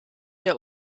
der